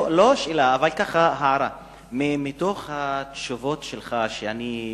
לא שאלה אלא הערה: מתוך התשובות שלך ששמעתי,